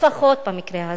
לפחות במקרה הזה.